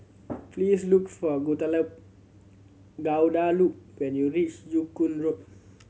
please look for Guadalupe when you reach Joo Koon Road